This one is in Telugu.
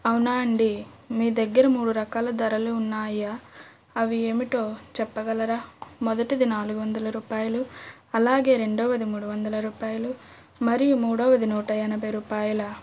అవునా అండి మీ దగ్గర మూడు రకాల ధరలు ఉన్నాయా అవి ఏమిటో చెప్పగలరా మొదటిది నాలుగొందల రూపాయలు అలాగే రెండొవది మూడువందల రూపాయలు మరియు మూడోవది నూట ఎనభై రూపాయలా